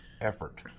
effort